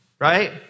right